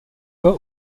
pas